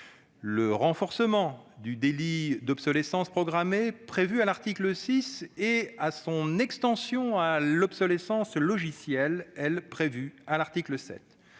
le renforcement du délit d'obsolescence programmée prévu à l'article 6 et son extension à l'obsolescence logicielle prévue à l'article 7.